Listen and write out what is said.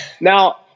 now